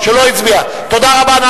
תודה רבה.